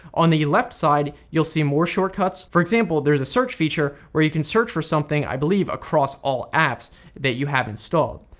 on the left side you'll see more shortcuts. for example there's a search feature where you can search for something, i believe across all the apps that you have installed.